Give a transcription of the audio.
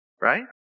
right